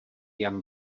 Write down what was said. jan